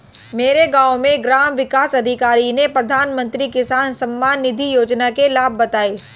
मेरे गांव में ग्राम विकास अधिकारी ने प्रधानमंत्री किसान सम्मान निधि योजना के लाभ बताएं